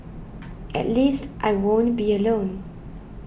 at least I won't be alone